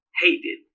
hated